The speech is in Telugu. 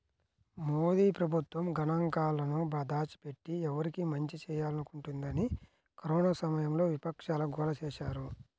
మోదీ ప్రభుత్వం గణాంకాలను దాచిపెట్టి, ఎవరికి మంచి చేయాలనుకుంటోందని కరోనా సమయంలో విపక్షాలు గోల చేశాయి